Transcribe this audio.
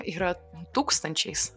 yra tūkstančiais